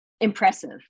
impressive